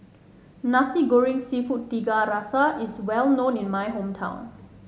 Nasi Goreng seafood Tiga Rasa is well known in my hometown